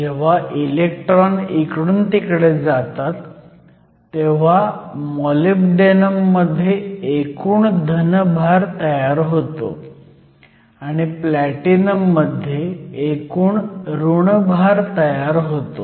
जेव्हा इलेक्ट्रॉन इकडून तिकडे जातात तेव्हा मॉलिब्डेनम मध्ये एकूण धन भार तयार होतो आणि प्लॅटिनम मध्ये एकूण ऋण भार तयार होतो